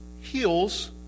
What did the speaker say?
heals